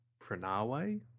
Pranawe